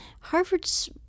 Harvard's